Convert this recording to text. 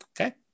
Okay